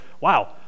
wow